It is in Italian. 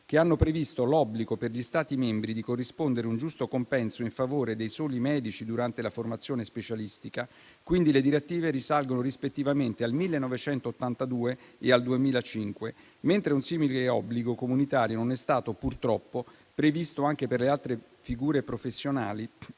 che hanno previsto l'obbligo per gli Stati membri di corrispondere un giusto compenso in favore dei soli medici durante la formazione specialistica, quindi le direttive risalgono rispettivamente al 1982 e al 2005, mentre un simile obbligo comunitario non è stato purtroppo previsto anche per le altre figure professionali